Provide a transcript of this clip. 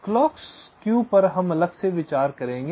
clock skew पर हम अलग से विचार करेंगे